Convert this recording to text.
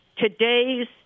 Today's